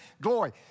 glory